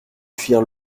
fuir